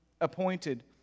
appointed